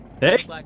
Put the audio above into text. Hey